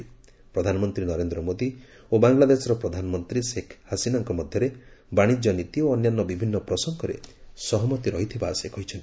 ସେ କହିଛନ୍ତି ପ୍ରଧାନମନ୍ତ୍ରୀ ନରେନ୍ଦ୍ର ମୋଦି ଓ ବାଂଲାଦେଶର ପ୍ରଧାନମନ୍ତ୍ରୀ ସେଖ୍ ହାସିନାଙ୍କ ମଧ୍ୟରେ ବାଶିଜ୍ୟ ନୀତି ଓ ଅନ୍ୟାନ୍ୟ ବିଭିନ୍ନ ପ୍ରସଙ୍ଗରେ ସହମତି ରହିଥିବା ସେ କହିଛନ୍ତି